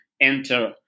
enter